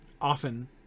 often